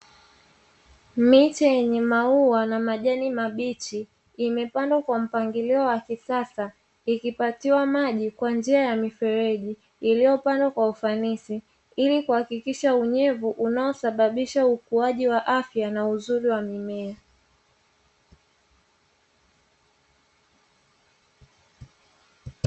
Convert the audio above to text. Miche yenye maua na majani mabichi, imepandwa kwa mpangilio wa kisasa, ikipatiwa maji kwa njia ya mifereji, iliyopandwa kwa ufanisi. Ili kuhakikisha unyevu unaosababisha ukuaji wa afya na uzuri wa mimea.